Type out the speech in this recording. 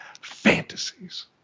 fantasies